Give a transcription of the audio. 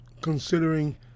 considering